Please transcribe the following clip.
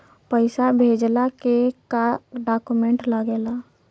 पैसा भेजला के का डॉक्यूमेंट लागेला?